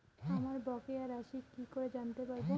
আমার বকেয়া রাশি কি করে জানতে পারবো?